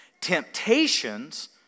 temptations